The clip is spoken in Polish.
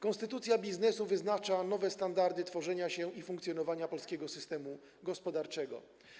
Konstytucja biznesu wyznacza nowe standardy tworzenia i funkcjonowania polskiego systemu gospodarczego.